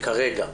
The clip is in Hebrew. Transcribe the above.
כרגע?